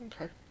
Okay